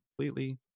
completely